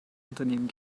unternehmen